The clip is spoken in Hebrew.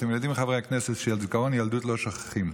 אתם יודעים, חברי הכנסת, שזיכרון ילדות לא שוכחים.